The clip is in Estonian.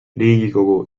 riigikogu